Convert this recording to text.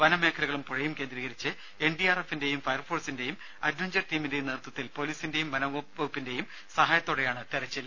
വനമേഖലകളും പുഴയും കേന്ദ്രീകരിച്ച് N D R എഫിന്റെയും ഫയർഫോഴ്സിന്റെയും അഡ് വഞ്ചർ ടീമിന്റെയും നേതൃത്വത്തിൽ പൊലീസിന്റെയും വനംവകുപ്പിന്റെയും സഹായത്തോടെയാണ് തെരച്ചിൽ